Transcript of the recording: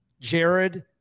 Jared